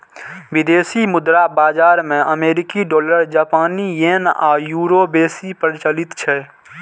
विदेशी मुद्रा बाजार मे अमेरिकी डॉलर, जापानी येन आ यूरो बेसी प्रचलित छै